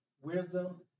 wisdom